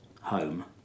home